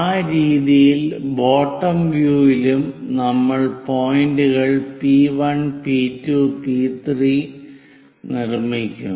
ആ രീതിയിൽ bottom view യിലും നമ്മൾ പോയിന്റുകൾ P 1 P 2 P 3 P1 P2 P3 നിർമ്മിക്കും